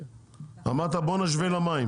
אמרת: בואו נשווה למים.